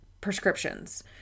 prescriptions